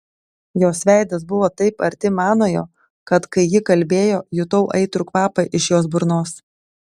jos veidas buvo taip arti manojo kad kai ji kalbėjo jutau aitrų kvapą iš jos burnos